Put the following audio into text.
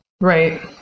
Right